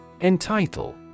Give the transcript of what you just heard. Entitle